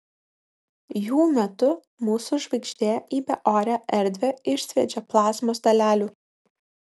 jų metu mūsų žvaigždė į beorę erdvę išsviedžia plazmos dalelių